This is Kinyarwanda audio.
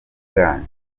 bwanyu